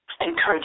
Encourage